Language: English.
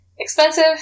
Expensive